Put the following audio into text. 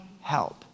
help